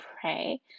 pray